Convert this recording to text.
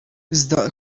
iżda